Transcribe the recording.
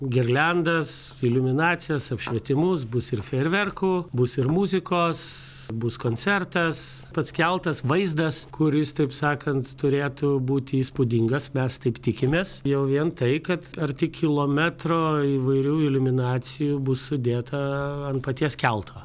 girliandas iliuminacijas apšvietimus bus ir fejerverkų bus ir muzikos bus koncertas pats keltas vaizdas kuris taip sakant turėtų būti įspūdingas mes taip tikimės jau vien tai kad arti kilometro įvairių iliuminacijų bus sudėta ant paties kelto